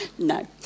No